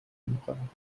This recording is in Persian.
نمیخورند